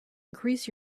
increase